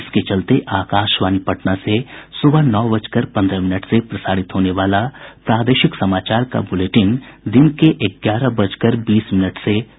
इसके चलते आकाशवाणी पटना से सुबह नौ बजकर पन्द्रह मिनट से प्रसारित होने वाला प्रादेशिक समाचार बुलेटिन दिन के ग्यारह बजकर बीस मिनट से प्रसारित होगा